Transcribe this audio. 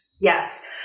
Yes